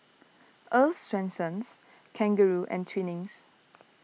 Earl's Swensens Kangaroo and Twinings